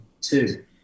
two